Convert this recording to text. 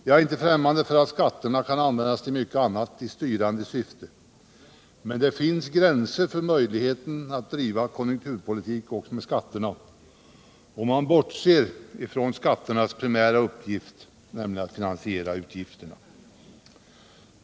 Jag är inte främmande för att skatterna kan användas till mycket annat i styrande syfte, men det finns gränser för möjligheten att driva konjunkturpolitik också med skatterna om man bortser från skatternas primära uppgift, nämligen att finansiera utgifterna.